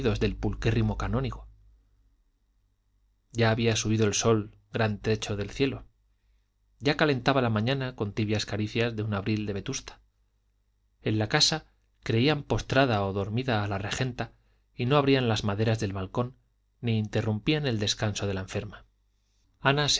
del pulquérrimo canónigo ya había subido el sol gran trecho del cielo ya calentaba la mañana con tibias caricias de un abril de vetusta en la casa creían postrada o dormida a la regenta y no abrían las maderas del balcón ni interrumpían el descanso de la enferma ana